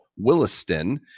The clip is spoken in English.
williston